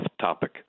topic